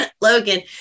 Logan